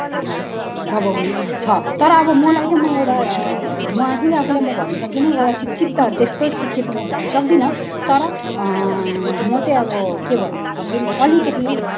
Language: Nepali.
त्यसलाई दबाउने छ तर अब मलाई चाहिँ म एउटा म आफूले आफूलाई म भन्नु सक्दिन कि म एउटा शिक्षित त त्यस्तो शिक्षित हो म भन्न सक्दिन तर म चाहिँ अब के भनेदेखिन अलिकति